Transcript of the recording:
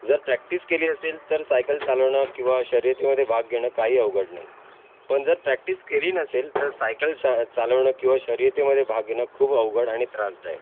जर प्रॅक्टीस केली असेल तर सायकल चालवणं किंवा शर्यतीमध्ये भाग घेणं काही अवघड नाही पण जर प्रॅक्टीस केली नसेल तर सायकल चा चालवणं किंवा शर्यतीमध्ये भाग घेणं खूप अवघड आणि त्रासदायक